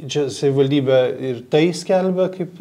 čia savivaldybė ir tai skelbia kaip